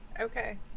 Okay